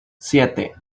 siete